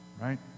right